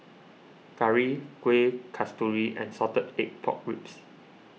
Curry Kueh Kasturi and Salted Egg Pork Ribs